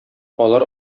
алар